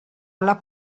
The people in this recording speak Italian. alla